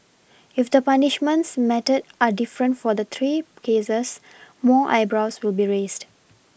if the punishments meted are different for the three cases more eyebrows will be raised